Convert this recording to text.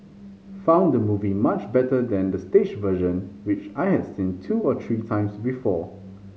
found the movie much better than the stage version which I had seen two or three times before